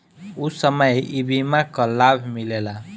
ऊ समय ई बीमा कअ लाभ मिलेला